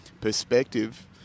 perspective